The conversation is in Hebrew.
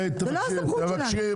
זאת לא הסמכות שלנו.